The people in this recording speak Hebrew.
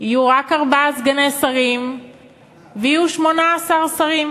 יהיו רק ארבעה סגני שרים ויהיו 18 שרים.